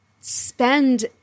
spend